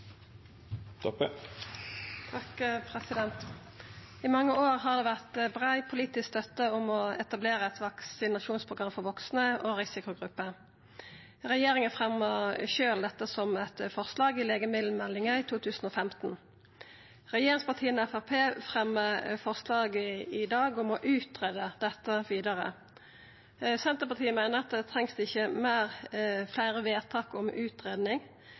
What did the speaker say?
I mange år har det vore brei politisk støtte til å etablera eit vaksinasjonsprogram for vaksne og risikogrupper. Regjeringa fremja sjølv dette i eit forslag i legemiddelmeldinga i 2015. Regjeringspartia og Framstegspartiet fremjar forslag i dag om å utgreia dette vidare. Senterpartiet meiner at det ikkje trengst fleire vedtak om